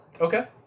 Okay